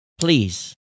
Please